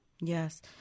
Yes